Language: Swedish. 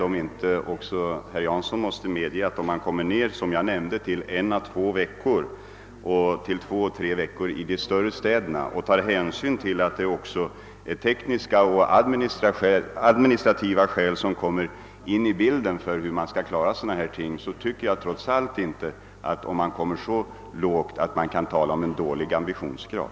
Om vi, som jag nämnde, kommer ned till en väntetid av en å två veckor — två å tre veckor i de större städerna — och hän syn tas till de tekniska och administrativa förfaranden som kommer in i bilden, kan man enligt min mening verkligen inte tala om en låg ambitionsgrad.